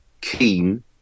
keen